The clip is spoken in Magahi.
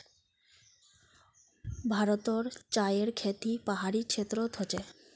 भारतोत चायर खेती पहाड़ी क्षेत्रोत होचे